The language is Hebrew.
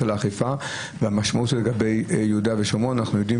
הנושא של האכיפה ביהודה ושומרון כי אנחנו יודעים